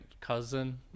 cousin